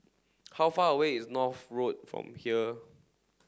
how far away is North Road from here